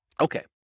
Okay